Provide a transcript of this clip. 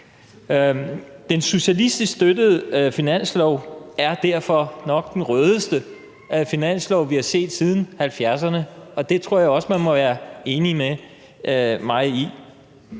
Den socialistisk støttede finanslov er derfor nok den rødeste finanslov, vi har set siden 1970'erne, og det tror jeg også man må være enig med mig i.